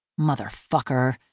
motherfucker